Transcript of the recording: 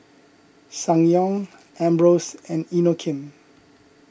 Ssangyong Ambros and Inokim